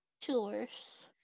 tours